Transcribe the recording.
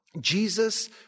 Jesus